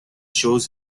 shows